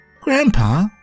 Grandpa